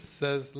says